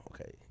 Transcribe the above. okay